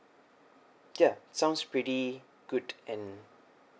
ya sounds pretty good and